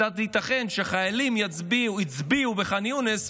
כיצד זה ייתכן שחיילים הצביעו בח'אן יונס,